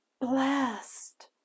blessed